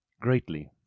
Greatly